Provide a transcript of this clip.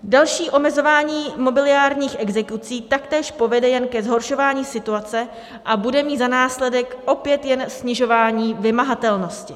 Další omezování mobiliárních exekucí taktéž povede jen ke zhoršování situace a bude mít za následek opět jen snižování vymahatelnosti.